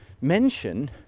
mention